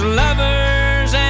lovers